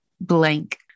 blank